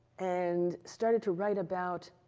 and started to write about,